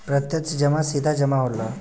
प्रत्यक्ष जमा सीधा जमा होला